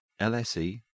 LSE